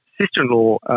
sister-in-law